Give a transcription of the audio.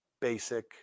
basic